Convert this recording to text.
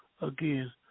again